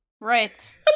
Right